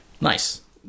Nice